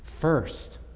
first